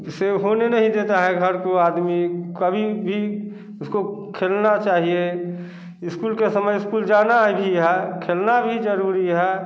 उसे खेलने नहीं देता है घर को आदमी कभी भी उसको खेलना चाहिए स्कूल के समय स्कूल जाना भी है खेलना भी ज़रूरी है